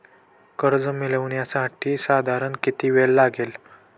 कर्ज मिळविण्यासाठी साधारण किती वेळ लागेल?